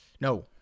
No